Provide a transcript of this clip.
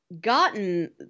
gotten